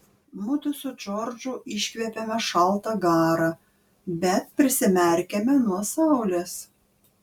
mudu su džordžu iškvepiame šaltą garą bet prisimerkiame nuo saulės